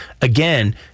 again